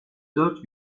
dört